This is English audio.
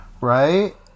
right